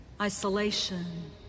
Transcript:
isolation